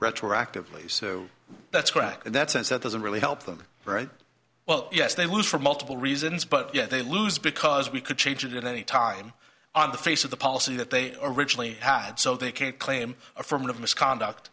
retroactively so that's correct in that sense that doesn't really help them very well yes they lose for multiple reasons but yet they lose because we could change at any time on the face of the policy that they originally had so they can't claim affirmative misconduct